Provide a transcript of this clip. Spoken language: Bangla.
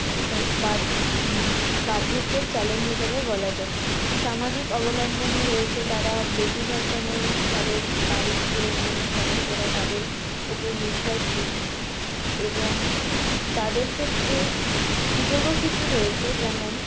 বাদ বার্ধক্যের চ্যালেঞ্জ হিসাবে বলা যায় সামাজিক অবলম্বনও রয়েছে তারা বেশিরভাগ সময়েই তাদের বাড়ির যে অন্যান্য সদস্যরা তাদের ওপর নির্ভরশীল এবং তাদের ক্ষেত্রে সুযোগও কিছু রয়েছে যেমন